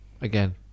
again